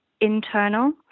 internal